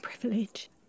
privilege